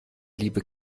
liebe